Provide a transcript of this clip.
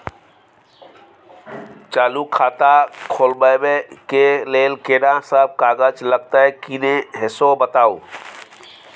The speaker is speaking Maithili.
चालू खाता खोलवैबे के लेल केना सब कागज लगतै किन्ने सेहो बताऊ?